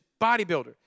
bodybuilder